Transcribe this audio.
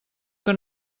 que